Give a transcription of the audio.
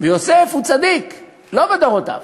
ויוסף הוא צדיק מוחלט, לא בדורותיו.